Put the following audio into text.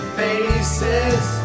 faces